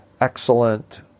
excellent